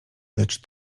lecz